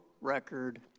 record